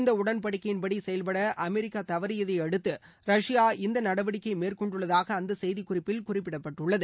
இந்த உடன்படிக்கையின் படி செயல்பட அமெரிக்கா தவறியதை அடுத்து ரஷ்யா இந்த நடவடிக்கைய மேற்கொண்டுள்ளதாக அந்த செய்திக்குறிப்பில் குறிப்பிடப்பட்டுள்ளது